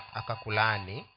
akakulani